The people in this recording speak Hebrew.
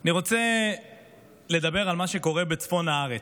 אני רוצה לדבר על מה שקורה בצפון הארץ.